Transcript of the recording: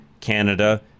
Canada